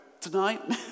tonight